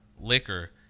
liquor